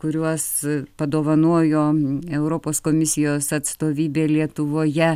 kuriuos padovanojo europos komisijos atstovybė lietuvoje